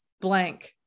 blank